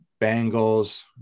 Bengals